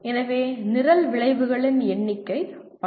எனவே நிரல் விளைவுகளின் எண்ணிக்கை 12